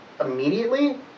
immediately